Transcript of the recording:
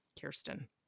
Kirsten